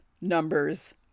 numbers